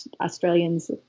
Australians